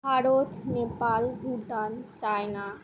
Bharat Nepal Bhutan China